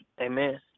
Amen